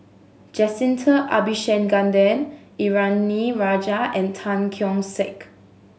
Jacintha Abisheganaden Indranee Rajah and Tan Keong Saik